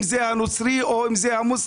אם זה הנוצרי או אם זה המוסלמי.